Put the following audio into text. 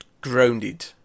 grounded